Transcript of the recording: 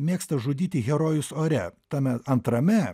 mėgsta žudyti herojus ore tame antrame